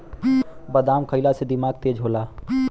बादाम खइला से दिमाग तेज होला